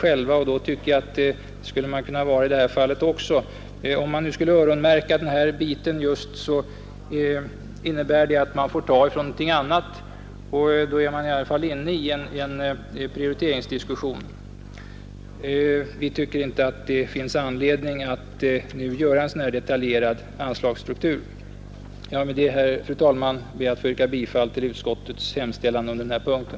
Jag tycker man skulle kunna vara det i detta fall också. Skulle man öronmärka just denna bit måste man få ta från någonting annat. Då är man i alla fall inne i en prioriteringsdiskussion. Vi tycker inte det finns anledning att nu göra en så detaljerad anslagsstruktur. Med det, fru talman, ber jag att få yrka bifall till utskottets hemställan på den här punkten.